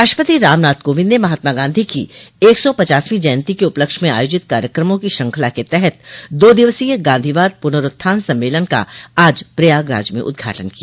राष्ट्रपति रामनाथ कोविंद ने महात्मा गांधी की एक सौ पचासवीं जयंती के उपलक्ष्य में आयोजित कार्यक्रमों की श्रृंखला के तहत दो दिवसीय गांधीवाद पुनरुत्थान सम्मेलन का आज प्रयागराज में उद्घाटन किया